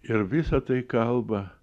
ir visa tai kalba